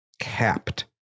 capped